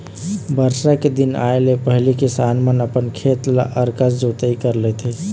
बरसा के दिन आए ले पहिली किसान मन अपन खेत ल अकरस जोतई कर लेथे